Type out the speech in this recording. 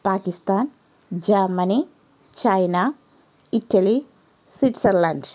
Pakistan Germany China Italy Switzerland